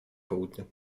południe